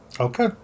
Okay